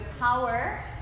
power